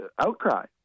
outcry